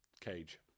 cage